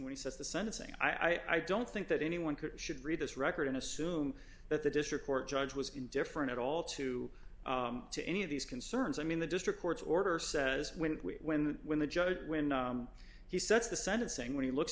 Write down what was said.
when he says the sentencing i don't think that anyone could should read this record and assume that the district court judge was indifferent at all to to any of these concerns i mean the district court's order says when when when the judge when he sets the senate saying when he looks